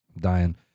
Dying